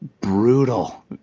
brutal